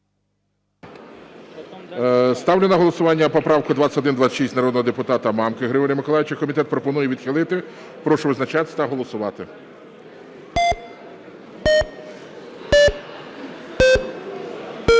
Ставлю на голосування правку 2109 народного депутата Мамки Григорія Миколайовича. Комітет пропонує відхилити. Прошу визначатись та голосувати. 12:44:33